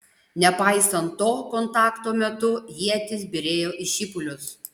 nepaisant to kontakto metu ietys byrėjo į šipulius